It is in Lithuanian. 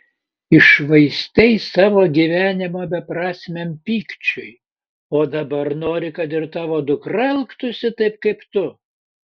iššvaistei savo gyvenimą beprasmiam pykčiui o dabar nori kad ir tavo dukra elgtųsi taip kaip tu